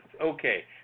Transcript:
Okay